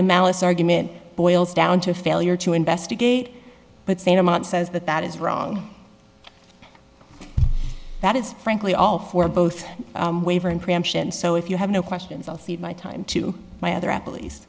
the malice argument boils down to a failure to investigate but sane amount says that that is wrong that is frankly all for both waiver and preemption so if you have no questions i'll feed my time to my other apple